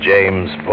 James